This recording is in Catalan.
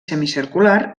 semicircular